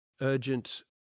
urgent